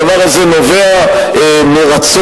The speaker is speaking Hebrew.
הדבר הזה נובע מרצון,